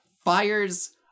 fires